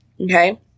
Okay